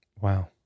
Wow